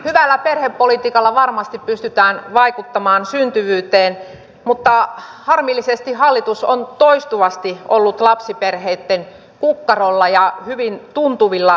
hyvällä perhepolitiikalla varmasti pystytään vaikuttamaan syntyvyyteen mutta harmillisesti hallitus on toistuvasti ollut lapsiperheitten kukkarolla ja hyvin tuntuvilla summilla